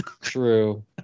true